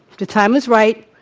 the time is right.